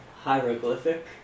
hieroglyphic